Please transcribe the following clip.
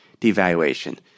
devaluation